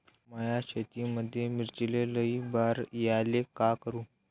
माया शेतामंदी मिर्चीले लई बार यायले का करू?